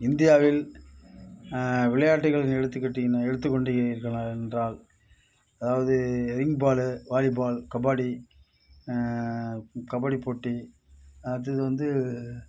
இந்தியாவில் விளையாட்டுகள்னு எடுத்துகிட்டீங்கன்னா எடுத்துக்கொண்டீர்கள் என்றால் அதாவது ring ball volleyball kabaddi kabaddi போட்டி அது வந்து